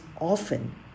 often